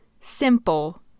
simple